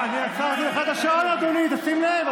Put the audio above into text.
עצרתי לך את השעון, אדוני, תשים לב.